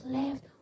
left